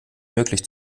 möglich